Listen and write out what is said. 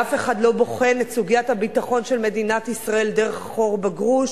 ואף אחד לא בוחן את סוגיית הביטחון של מדינת ישראל דרך החור בגרוש.